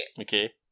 Okay